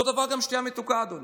אותו דבר גם שתייה מתוקה, אדוני.